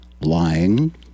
lying